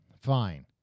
Fine